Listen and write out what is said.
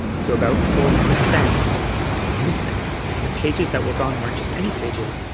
so about forty percent was missing and the pages that were gone weren't just any pages.